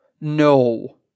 No